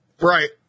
Right